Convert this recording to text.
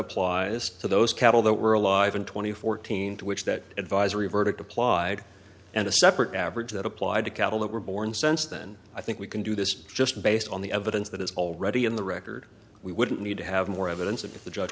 applies to those cattle that were alive in two thousand and fourteen which that advisory verdict apply and a separate average that applied to cattle that were born since then i think we can do this just based on the evidence that is already in the record we would need to have more evidence that the judge